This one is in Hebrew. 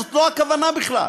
זאת לא הכוונה בכלל.